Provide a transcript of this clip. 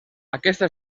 aquesta